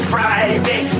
Friday